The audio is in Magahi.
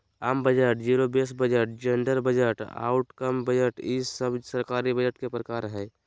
आम budget, zero base budget, gender budget, outcome budget ई सब सरकारी बजट के प्रकार हय